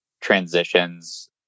transitions